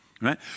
right